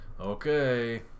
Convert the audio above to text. okay